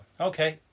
okay